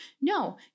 No